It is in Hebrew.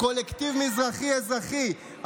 קולקטיב מזרחי אזרחי,